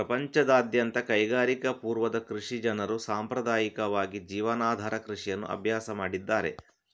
ಪ್ರಪಂಚದಾದ್ಯಂತದ ಕೈಗಾರಿಕಾ ಪೂರ್ವದ ಕೃಷಿ ಜನರು ಸಾಂಪ್ರದಾಯಿಕವಾಗಿ ಜೀವನಾಧಾರ ಕೃಷಿಯನ್ನು ಅಭ್ಯಾಸ ಮಾಡಿದ್ದಾರೆ